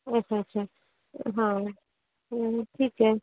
अच्छा अच्छा हाँ हाँ ठीक है